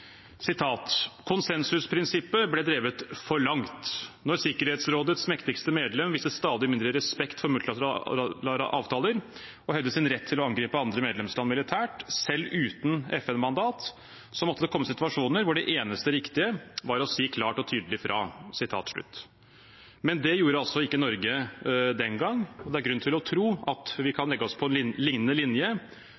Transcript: konsensusprinsippet ble drevet for langt. Når Sikkerhetsrådets mektigste medlem viste stadig mindre respekt for multilaterale avtaler og hevdet sin rett til å angripe andre medlemsland militært, selv uten FN-mandat, måtte det oppstå situasjoner hvor det eneste riktige var å si klart og tydelig fra.» Men det gjorde altså ikke Norge den gang. Det er grunn til å tro at vi kan